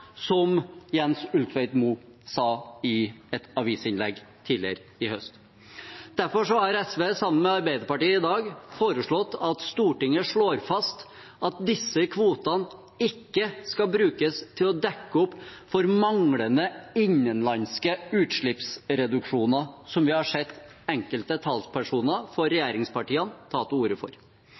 som Jens Ulltveit-Moe sa i et avisinnlegg tidligere i høst. Derfor har SV, sammen med Arbeiderpartiet, i dag foreslått at Stortinget slår fast at disse kvotene ikke skal brukes til å dekke opp for manglende innenlandske utslippsreduksjoner, som vi har sett enkelte talspersoner for regjeringspartiene ta til orde for.